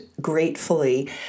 gratefully